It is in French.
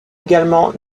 également